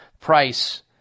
price